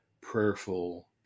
prayerful